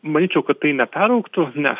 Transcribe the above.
manyčiau kad tai neperaugtų ne